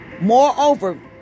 Moreover